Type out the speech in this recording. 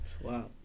Wow